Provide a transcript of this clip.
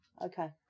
Okay